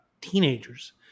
teenagers